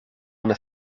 una